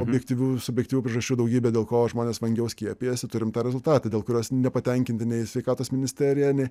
objektyvių subjektyvių priežasčių daugybė dėl ko žmonės vangiau skiepijasi turim tą rezultatą dėl kurio nepatenkinti nei sveikatos ministerija nei